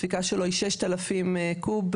הספיקה שלו היא ששת אלפים קוב,